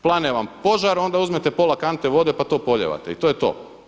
Plane vam požar, onda uzmete pola kante vode pa to polijevate i to je to.